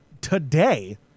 today